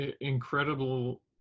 incredible